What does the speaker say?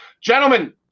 Gentlemen